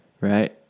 right